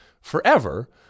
forever